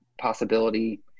possibility